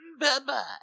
Bye-bye